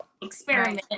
experiment